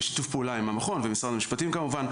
בשיתוף פעולה עם המכון ועם משרד המשפטים כמובן.